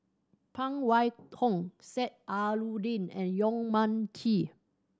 Phan Wait Hong Sheik Alau'ddin and Yong Mun Chee